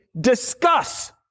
discuss